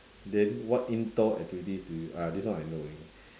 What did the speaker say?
then what indoor activities do you !aiya! this one I know already